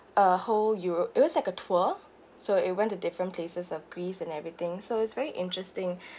a whole europe it was like a tour so it went to different places of greece and everything so it's very interesting